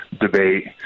debate